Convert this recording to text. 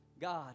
God